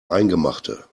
eingemachte